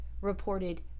reported